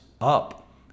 up